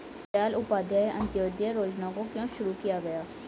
दीनदयाल उपाध्याय अंत्योदय योजना को क्यों शुरू किया गया?